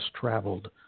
traveled